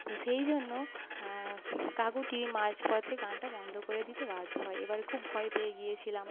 তো সেই জন্য কাকুটি মাঝপথে গানটা বন্ধ করে দিতে বাধ্য হয় এবারে খুব ভয় পেয়ে গিয়েছিলাম